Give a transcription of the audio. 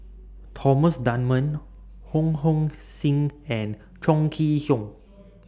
Thomas Dunman Ho Hong Sing and Chong Kee Hiong